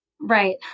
Right